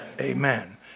Amen